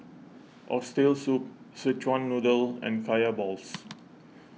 Oxtail Soup Szechuan Noodle and Kaya Balls